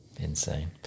insane